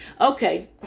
okay